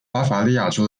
巴伐利亚州